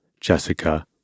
Jessica